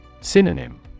Synonym